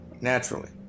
naturally